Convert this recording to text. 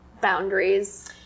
boundaries